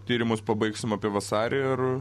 tyrimus pabaigsim apie vasarį ir